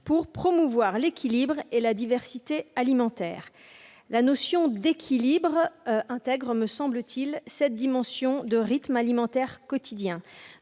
pour promouvoir l'équilibre et la diversité alimentaires ». Cette notion d'équilibre intègre, me semble-t-il, cette dimension de rythme alimentaire quotidien.